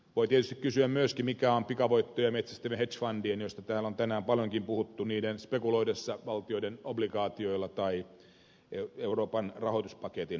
voi tietysti kysyä myöskin mikä on pikavoittoja metsästävien hedge fundien osuus joista täällä on tänään paljon puhuttu niiden spekuloidessa valtioiden obligaatioilla tai euroopan rahoituspaketin onnistumisella